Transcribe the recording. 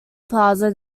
plaza